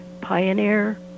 pioneer